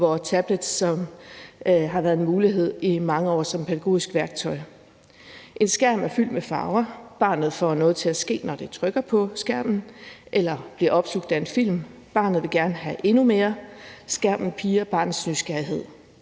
hvor tablets har været en mulighed i mange år som pædagogisk værktøj. En skærm er fyldt med farver, barnet får noget til at ske, når det trykker på skærmen, eller bliver opslugt af en film, og barnet vil gerne have endnu mere; skærmen pirrer barnets nysgerrighed.